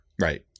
Right